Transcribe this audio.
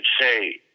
say